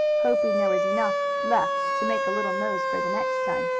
hoping there was enough left to make a little nose for the next time.